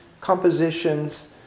compositions